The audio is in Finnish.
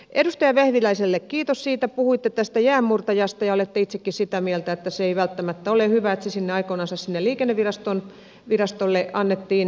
edustaja vehviläiselle kiitos puhuitte tästä jäänmurtajasta ja olette itsekin sitä mieltä että se ei välttämättä ole hyvä että se aikoinansa liikennevirastolle annettiin